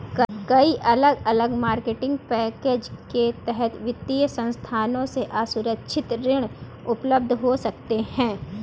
कई अलग अलग मार्केटिंग पैकेज के तहत वित्तीय संस्थानों से असुरक्षित ऋण उपलब्ध हो सकते हैं